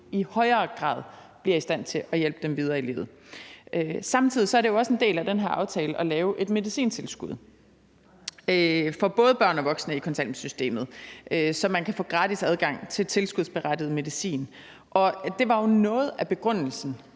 i højere grad bliver i stand til at få dem videre i livet. Samtidig er det jo også en del af den her aftale at lave et medicintilskud for både børn og voksne i kontanthjælpssystemet, så man kan få gratis adgang til tilskudsberettiget medicin, og det var jo noget af begrundelsen,